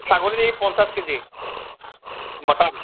ছাগলী পঞ্চাশ KG mutton